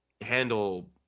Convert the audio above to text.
handle